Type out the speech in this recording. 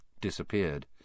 disappeared